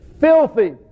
filthy